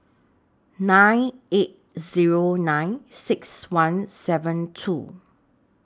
nine eight Zero nine six one seven two